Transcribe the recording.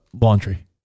laundry